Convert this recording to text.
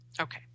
Okay